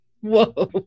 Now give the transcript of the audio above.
Whoa